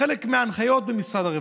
חלק מההנחיות במשרד הרווחה: